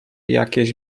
jakieś